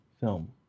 film